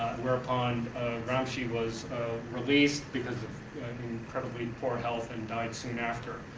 whereupon gramsci was released because of incredibly poor health and died soon after.